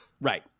Right